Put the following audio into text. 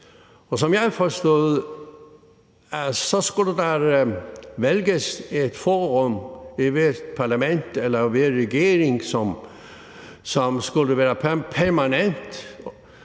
Som jeg forstod det, skulle der vælges et forum i hvert parlament eller i hver regering, som skulle være permanent